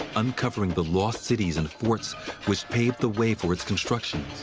uncovering the lost cities and forts which paved the way for its construction.